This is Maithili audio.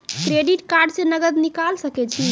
क्रेडिट कार्ड से नगद निकाल सके छी?